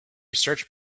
search